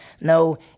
no